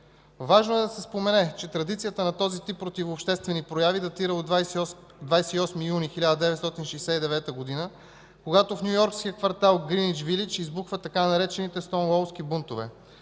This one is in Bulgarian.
Важно е да се спомене, че традицията на този тип противообществени прояви датира от 28 юни 1969 г., когато в нюйоркския квартал Гринич Вилидж избухват така наречените „стоунуолски бунтове”.